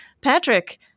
Patrick